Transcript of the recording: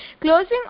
Closing